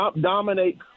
dominate